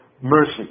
mercy